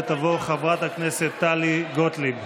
תעלה ותבוא חברת הכנסת טלי גוטליב.